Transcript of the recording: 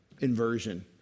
inversion